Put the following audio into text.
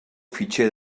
fitxer